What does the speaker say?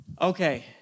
Okay